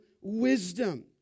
wisdom